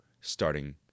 starting